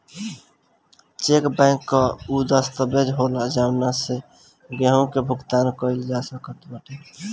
check bank कअ उ दस्तावेज होला जवना से केहू के भुगतान कईल जा सकत बाटे